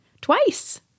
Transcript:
Twice